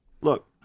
Look